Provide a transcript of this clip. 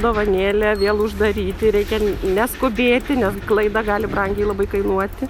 dovanėlę vėl uždaryti reikia neskubėti nes klaida gali brangiai labai kainuoti